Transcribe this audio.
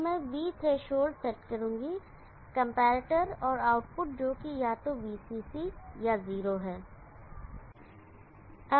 तो मैं V threshold set करूँगा कंपैरेटर और आउटपुट जोकि या तो VCC या 0 है